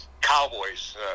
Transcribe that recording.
cowboys